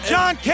John